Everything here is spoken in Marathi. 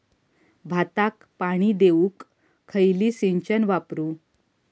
भाताक पाणी देऊक खयली सिंचन वापरू?